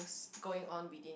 going on within yours